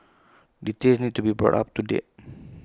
details need to be brought up to date